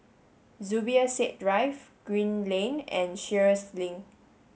Zubir Said Drive Green Lane and Sheares Link